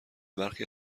برخی